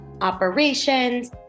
operations